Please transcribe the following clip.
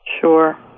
Sure